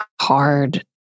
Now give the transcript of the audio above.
hard